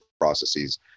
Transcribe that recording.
processes